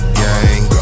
gang